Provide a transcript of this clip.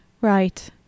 right